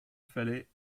fallait